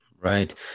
Right